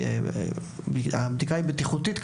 הבדיקה היא בטיחותית,